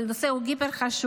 אבל הנושא הוא היפר-חשוב,